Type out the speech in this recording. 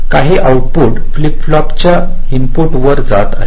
काही output flip flop च्या input वर जात आहेत